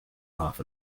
laugh